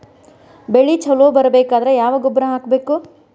ಬೆಳಿ ಛಲೋ ಬರಬೇಕಾದರ ಯಾವ ಗೊಬ್ಬರ ಹಾಕಬೇಕು?